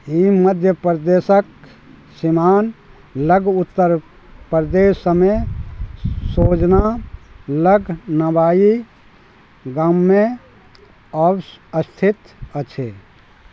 ई मध्य प्रदेशक सिमान लग उत्तर प्रदेशमे सोजना लग नबाई गाममे अवस्थित अछि